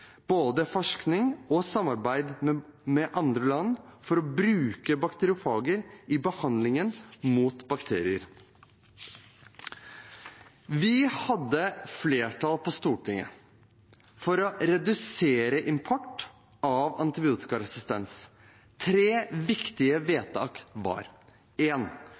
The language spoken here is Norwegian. både forskning og samarbeid med andre land, for å bruke bakteriofager i behandlingen mot bakterier? Vi hadde flertall på Stortinget for å redusere import av antibiotikaresistens. Tre viktige vedtak var: